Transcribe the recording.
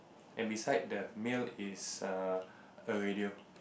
and beside the male is err a radio